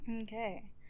Okay